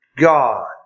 God